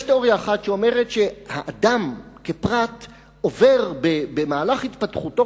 יש תיאוריה אחת שאומרת שהאדם כפרט עובר במהלך התפתחותו